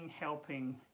helping